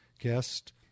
guest